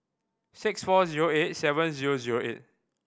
six four zero eight seven zero zero eight